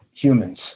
humans